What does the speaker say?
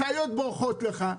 משאיות בורחות לך,